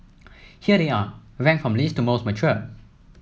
here they are ranked from least to most mature